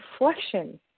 reflection